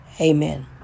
Amen